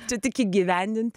čia tik įgyvendint